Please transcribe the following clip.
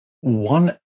One